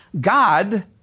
God